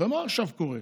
מה עכשיו קורה?